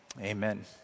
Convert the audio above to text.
amen